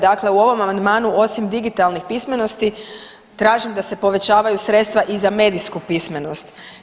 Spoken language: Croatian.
Dakle u ovom amandmanu, osim digitalnih pismenosti, tražim da se povećavaju sredstva i za medijsku pismenost.